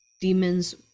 demons